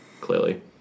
clearly